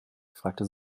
fragte